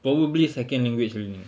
probably second language learning